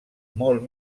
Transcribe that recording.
molt